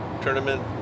tournament